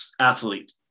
athlete